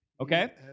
Okay